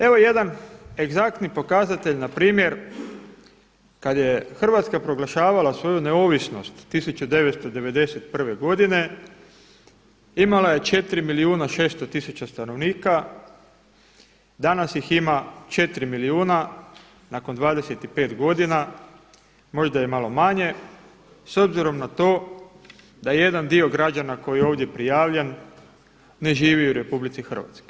Evo jedan egzaktni pokazatelj npr. kada je Hrvatska proglašavala svoju neovisnost 1991. godine, imala je 4 milijuna 600 tisuća stanovnika, danas ih ima 4 milijuna nakon 25 godina, možda i malo manje s obzirom na to da jedan dio građana koji je ovdje prijavljen ne živi u RH.